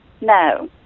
No